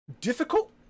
difficult